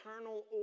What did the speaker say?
eternal